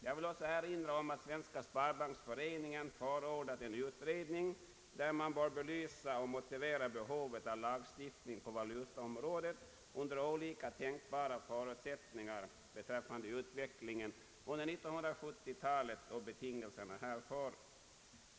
Jag vill också erinra om att Svenska sparbanksföreningen förordat en utredning som bör belysa och motivera behovet av lagstiftning på valutaområdet under olika tänkbara förutsättningar beträffande utvecklingen under 1970-talet och betingelserna härför.